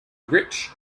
rich